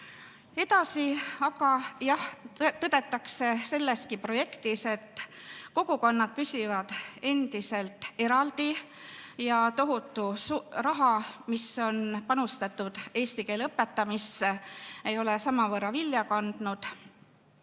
Edasi aga jah, tõdetakse selleski projektis, et kogukonnad püsivad endiselt eraldi ja tohutu raha, mis on panustatud eesti keele õpetamisse, ei ole samavõrra vilja kandnud.